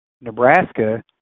Nebraska